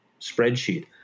spreadsheet